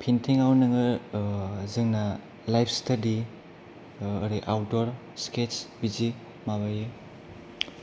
पैन्टिंआव नोङो जोंना लाइभ स्तादि ओरै आउटदर स्केत्स बिदि माबायो